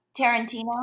Tarantino